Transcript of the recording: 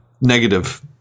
negative